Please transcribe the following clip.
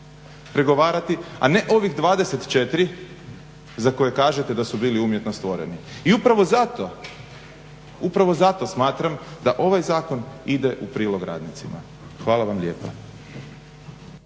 pregovarati, a ne ovih 24 za koje kažete da su bili umjetno stvoreni. I upravo zato smatram da ovaj zakon ide u prilog radnicima. Hvala vam lijepa.